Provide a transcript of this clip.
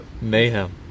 mayhem